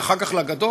ואחר כך לגדול,